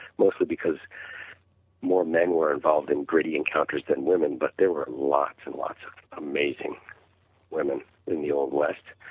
mostly because more men were involved in gritty encounters than women, but there were lots and lots of amazing women in the old west.